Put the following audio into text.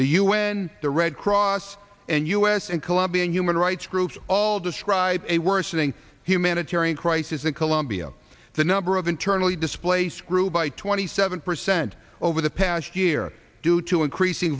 the un the red cross and us and colombia and human rights groups all describe a worsening humanitarian crisis in colombia the number of internally displaced grew by twenty seven percent over the past year due to increasing